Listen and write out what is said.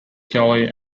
kelly